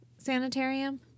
Sanitarium